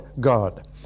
God